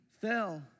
fell